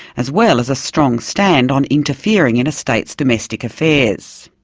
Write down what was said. as well as a strong stand on interfering in a state's domestic affairs.